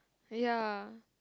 ya